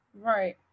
right